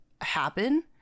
happen